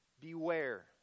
beware